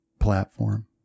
platform